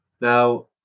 Now